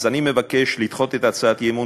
אז אני מבקש לדחות את הצעת האי-אמון,